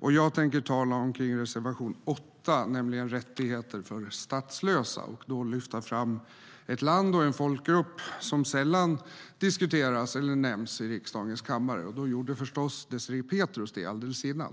Jag tänker tala omkring reservation nr 8, nämligen rättigheter för statslösa och lyfta fram ett land och en folkgrupp som sällan diskuteras eller nämns i riksdagens kammare. Då gjorde förstås Désirée Pethrus det alldeles nyss.